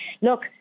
Look